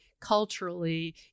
culturally